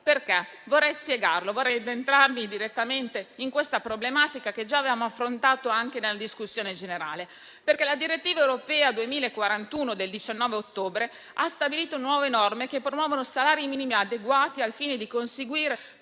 e vorrei spiegare perché, addentrandomi direttamente in questa problematica che già avevamo affrontato anche nella discussione generale. La direttiva europea 2041 del 19 ottobre ha stabilito nuove norme che promuovono salari minimi adeguati al fine di conseguire